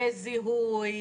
בזיהוי,